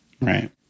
Right